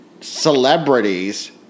celebrities